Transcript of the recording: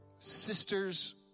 Sisters